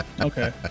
okay